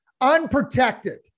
unprotected